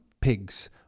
pigs